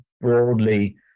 broadly